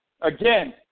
Again